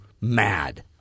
mad